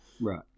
Right